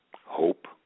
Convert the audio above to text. Hope